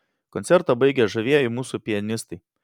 koncertą baigė žavieji mūsų pianistai